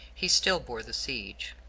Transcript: he still bore the siege.